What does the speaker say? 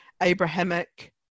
Abrahamic